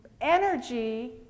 Energy